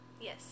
Yes